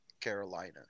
Carolina